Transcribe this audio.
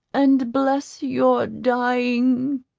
and bless your dying